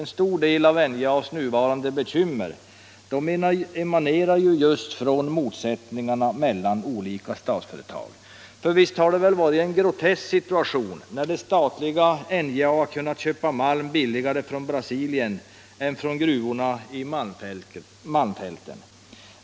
En stor del av NJA:s nuvarande bekymmer emanerar just från motsättningar mellan olika statsföretag. För visst har det väl varit en grotesk situation när det statliga NJA har kunnat köpa malm billigare från Brasilien än från gruvorna på malmfälten?